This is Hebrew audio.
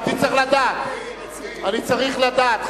אני צריך לדעת,